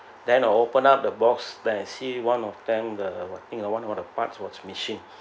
then I open up the box then I see one of them the I think one of parts was missing